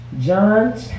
John